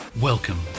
Welcome